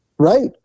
Right